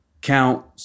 Count